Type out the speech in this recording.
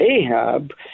Ahab